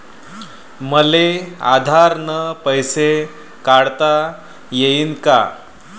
मले आधार न पैसे काढता येईन का?